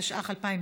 התשע"ח 2018,